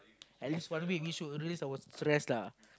at least one week we should release our stress lah